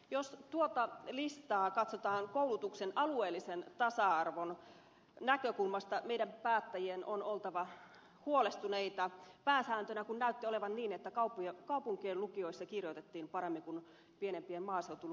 jos tuota listaa katsotaan koulutuksen alueellisen tasa arvon näkökulmasta meidän päättäjien on oltava huolestuneita pääsääntönä kun näytti olevan se että kaupunkien lukioissa kirjoitettiin paremmin kuin pienemmissä maaseutulukioissa